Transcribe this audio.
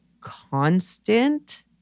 constant